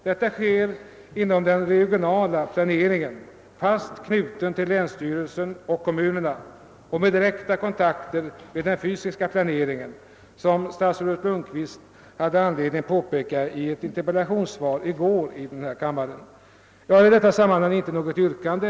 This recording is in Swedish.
Detta sker inom den regionala planeringen — fast knuten till länsstyrelsen och kommunerna — och med direkta kontakter med den fysiska planeringen, som statsrådet Lundkvist hade anledning påpeka i ett interpellationssvar i går. Jag har i detta sammanhang inte något yrkande.